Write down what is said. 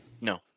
No